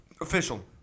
official